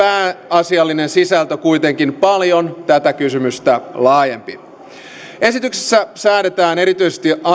pääasiallinen sisältö kuitenkin paljon tätä kysymystä laajempi esityksessä säädetään erityisesti